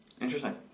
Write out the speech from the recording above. Interesting